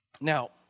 Now